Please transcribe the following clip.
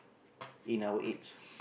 in our age